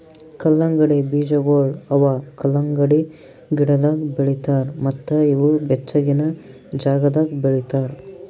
ಕಲ್ಲಂಗಡಿ ಬೀಜಗೊಳ್ ಅವಾ ಕಲಂಗಡಿ ಗಿಡದಾಗ್ ಬೆಳಿತಾರ್ ಮತ್ತ ಇವು ಬೆಚ್ಚಗಿನ ಜಾಗದಾಗ್ ಬೆಳಿತಾರ್